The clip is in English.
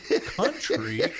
country